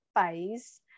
phase